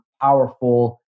powerful